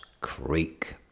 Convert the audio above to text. Creek